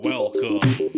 Welcome